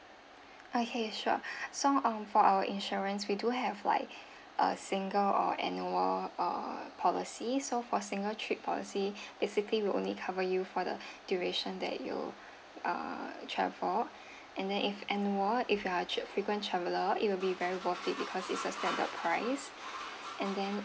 okay sure so um for our insurance we do have like a single or annual uh policy so for single trip policy basically will only cover you for the duration that you uh travel and then if annual if you are a trip frequent traveller it will be very worth it because its a standard price and then